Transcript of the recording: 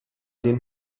den